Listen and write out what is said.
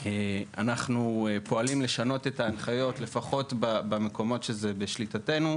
אנחנו פועלים לשנות את ההנחיות לפחות במקומות שזה בשליטתנו,